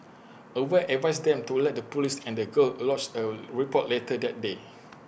aware advised them to alert the Police and the girl lodged A report later that day